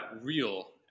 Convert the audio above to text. real